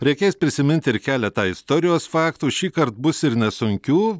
reikės prisiminti ir keletą istorijos faktų šįkart bus ir nesunkių